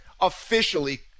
officially